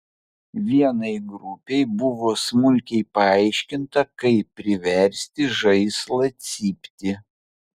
vienai grupei buvo smulkiai paaiškinta kaip priversti žaislą cypti